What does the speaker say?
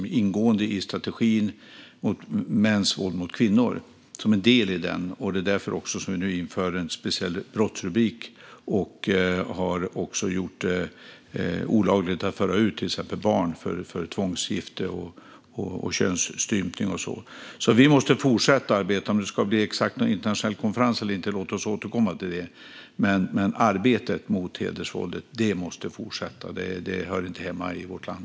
Det är en del i strategin mot mäns våld mot kvinnor. Det är också därför som vi nu inför en speciell brottsrubrik och har gjort det olagligt att föra ut till exempel barn för tvångsgifte och könsstympning. Vi måste fortsätta arbetet. Låt oss återkomma till om det ska bli någon internationell konferens eller inte, men arbetet mot hedersvåldet måste fortsätta. Hedersvåldet hör inte hemma i vårt land.